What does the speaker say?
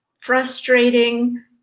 frustrating